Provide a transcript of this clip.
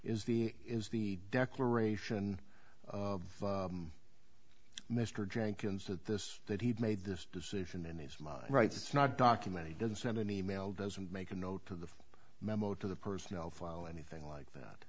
is the is the declaration of mr jenkins that this that he had made this decision and his mind writes it's not document he didn't send an e mail doesn't make a note to the memo to the personnel file anything like that